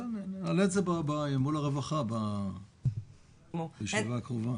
בסדר, נעלה את זה מול הרווחה בישיבה הקרובה.